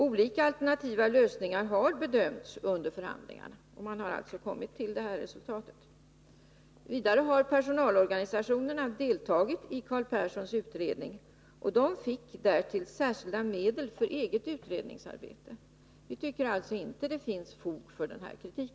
Olika alternativa lösningar har bedömts under förhandlingarna, och man har alltså kommit fram till det här resultatet. Vidare har personalorganisationerna deltagit i Carl Perssons utredning. De fick därtill särskilda medel för eget utredningsarbete. Vi tycker alltså inte att det finns fog för denna kritik.